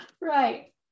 Right